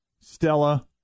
Stella